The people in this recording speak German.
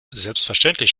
selbstverständlich